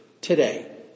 today